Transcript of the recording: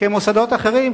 כבמוסדות אחרים,